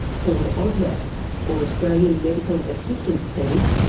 called ausmat or australian medical assistance teams,